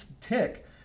tick